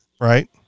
right